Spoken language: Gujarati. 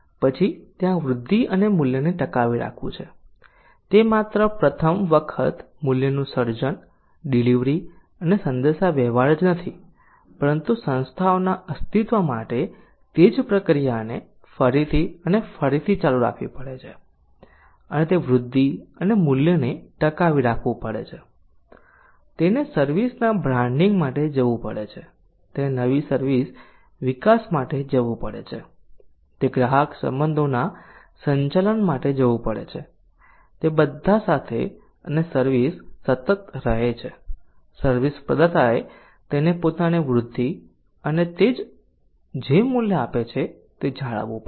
પછી ત્યાં વૃદ્ધિ અને મૂલ્યને ટકાવી રાખવું છે તે માત્ર પ્રથમ વખત મૂલ્યનું સર્જન ડીલીવરી અને સંદેશાવ્યવહાર જ નથી પરંતુ સંસ્થાઓના અસ્તિત્વ માટે તે જ પ્રક્રિયાને ફરીથી અને ફરીથી ચાલુ રાખવી પડે છે અને તે વૃદ્ધિ અને મૂલ્યને ટકાવી રાખવું પડે છે તેને સર્વિસ ના બ્રાન્ડિંગ માટે જવું પડે છે તેને નવી સર્વિસ વિકાસ માટે જવું પડે છે તે ગ્રાહક સંબંધોના સંચાલન માટે જવું પડે છે તે બધા સાથે અને સર્વિસ સતત રહે છે સર્વિસ પ્રદાતાએ તેની પોતાની વૃદ્ધિ અને તે જે મૂલ્ય આપે છે તે જાળવવું પડશે